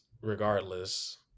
regardless